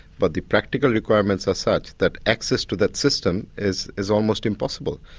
but the practical requirements are such that access to that system is is almost impossible.